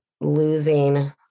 losing